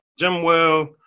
Jimwell